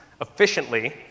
efficiently